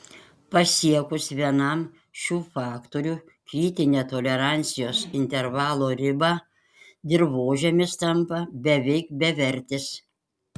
pasiekus vienam šių faktorių kritinę tolerancijos intervalo ribą dirvožemis tampa beveik bevertis